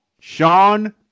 Sean